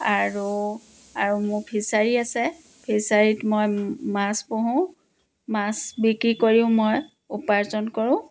আৰু আৰু মোৰ ফিচাৰী আছে ফিচাৰীত মই মাছ পুহোঁ মাছ বিক্ৰী কৰিও মই উপাৰ্জন কৰোঁ